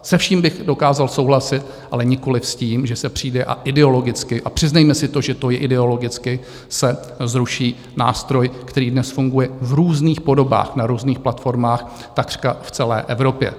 Se vším bych dokázal souhlasit, ale nikoliv s tím, že se přijde a ideologicky a přiznejme si to, že to je ideologicky se zruší nástroj, který dnes funguje v různých podobách na různých platformách takřka v celé Evropě.